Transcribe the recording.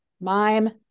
Mime